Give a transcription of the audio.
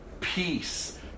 Peace